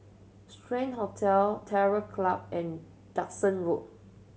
Strand Hotel Terror Club and Duxton Road